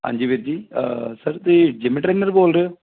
ਹਾਂਜੀ ਵੀਰ ਜੀ ਸਰ ਤੁਸੀਂ ਜਿੰਮ ਟਰੇਨਰ ਬੋਲਦੇ